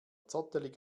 zottelig